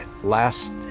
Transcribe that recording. last